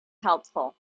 helpful